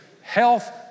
Health